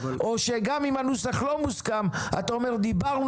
או שגם אם הנוסח לא מוסכם אתה אומר: דיברנו